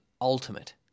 ultimate